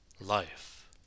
life